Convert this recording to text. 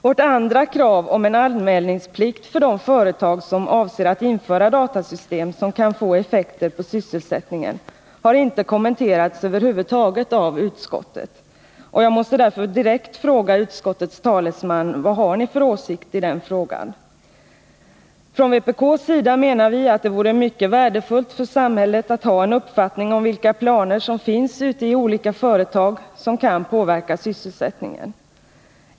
Vårt andra krav —om en anmälningsplikt för de företag som avser att införa datasystem som kan få effekter på sysselsättningen — har över huvud taget inte kommenterats av utskottet. Jag måste därför direkt fråga utskottets talesman: Vad har ni för åsikt i den frågan? Från vpk:s sida menar vi att det vore mycket värdefullt för samhället om man hade en uppfattning om vilka planer som finns ute i olika företag som kan påverka sysselsättningen.